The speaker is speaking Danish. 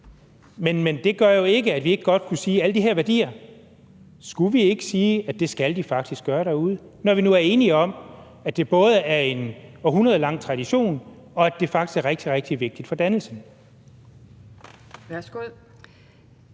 Men gør det ikke, at vi godt kan sige om alle de her værdier, at det skal de faktisk gøre derude, når vi nu er enige om, at det både er en århundrede lang tradition, og at det faktisk er rigtig, rigtig vigtigt for dannelsen?